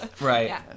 Right